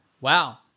Wow